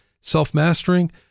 self-mastering